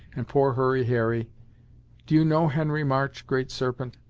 and poor hurry harry do you know henry march, great serpent?